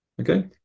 Okay